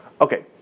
Okay